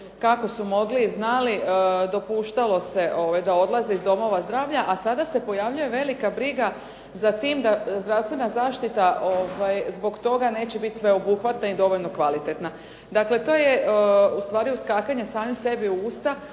kako su mogli i znali. Dopuštalo se da odlaze iz domova zdravlja, a sada se pojavljuje velika briga za tim da zdravstvena zaštita zbog toga neće biti sveobuhvatna i dovoljno kvalitetna. Dakle, to je u stvari uskakanje samim sebi u usta.